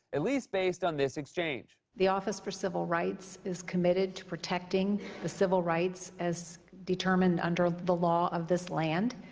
at least based on this exchange. the office for civil rights is committed to protecting the civil rights as determined under the law of this land.